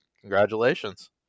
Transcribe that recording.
congratulations